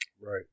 Right